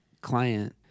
client